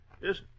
Yes